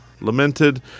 lamented